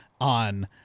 On